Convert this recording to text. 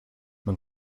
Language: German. man